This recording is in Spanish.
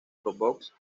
robots